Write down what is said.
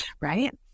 right